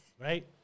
Right